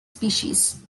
species